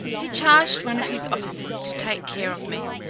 he charged one of his officers to take care of me,